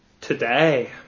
today